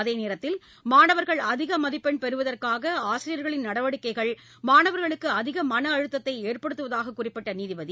அதேநேரத்தில் மாணவர்கள் அதிகமதிப்பெண் பெறுவதற்காகஆசிரியர்களின் நடவடிக்கைகள் மாணவர்களுக்கு அதிகமன அழுத்ததைஏற்படுத்துவதாககுறிப்பிட்டநீதிபதி